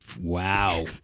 Wow